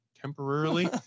temporarily